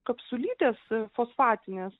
kapsulytės fosfatinės